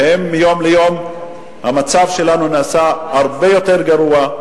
ומיום ליום המצב שלנו נעשה הרבה יותר גרוע,